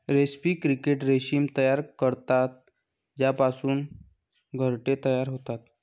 रेस्पी क्रिकेट रेशीम तयार करतात ज्यापासून घरटे तयार होतात